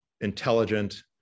intelligent